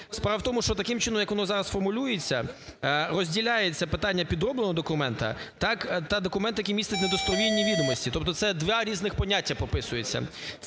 Справа в тому, що таким чином, як воно зараз формулюється, розділяється питання підробленого документа та документа, який містить недостовірні відомості, тобто це два різних поняття прописується.